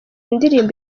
indirimbo